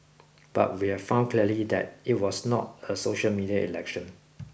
but we've found clearly that it was not a social media election